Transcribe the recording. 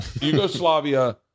Yugoslavia